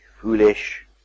Foolish